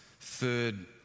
third